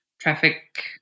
traffic